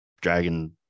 dragon